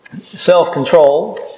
self-control